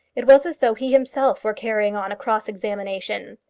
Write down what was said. it was as though he himself were carrying on a cross-examination.